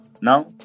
now